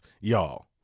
y'all